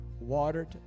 Watered